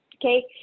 okay